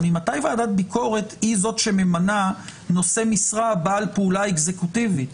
אבל ממתי ועדת ביקורת היא זאת שממנה נושא משרה בעל פעולה אקזקוטיבית?